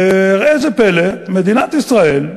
וראה זה פלא, מדינת ישראל,